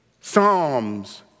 psalms